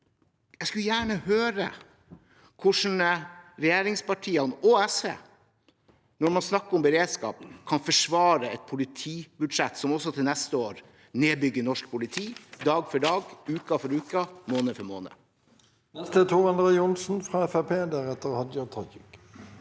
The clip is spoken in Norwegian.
Jeg skulle gjerne høre hvordan regjeringspartiene og SV, når man snakker om beredskap, kan forsvare et politibudsjett som også til neste år nedbygger norsk politi – dag for dag, uke for uke, måned for måned. Tor André Johnsen (FrP) Jeg har